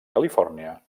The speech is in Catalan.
califòrnia